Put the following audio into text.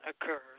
occurs